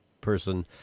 person